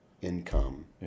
income